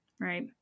Right